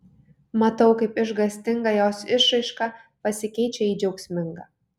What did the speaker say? matau kaip išgąstinga jos išraiška pasikeičia į džiaugsmingą